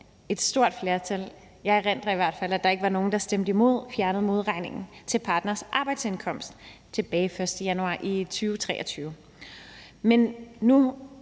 fald erindrer at der ikke var nogen der stemte imod – fjernede modregningen i partnerens arbejdsindkomst tilbage den 1. januar 2023.